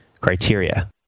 criteria